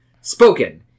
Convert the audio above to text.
Spoken